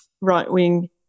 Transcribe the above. right-wing